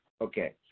Okay